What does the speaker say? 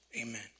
Amen